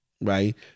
right